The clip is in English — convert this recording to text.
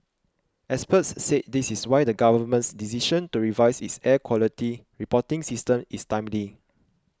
experts said this is why the Government's decision to revise its air quality reporting system is timely